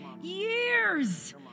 Years